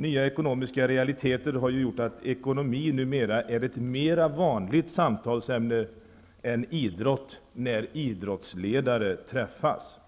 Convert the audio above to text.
Nya ekonomiska realiteter har gjort att ekonomi numera är ett mera vanligt samtalsämne än idrott när idrottsledare träffas.